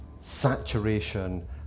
saturation